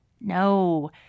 No